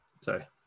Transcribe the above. sorry